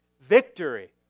victory